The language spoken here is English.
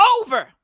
over